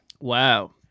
Wow